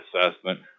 assessment